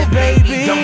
baby